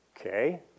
Okay